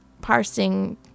parsing